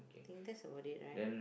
think that's about it right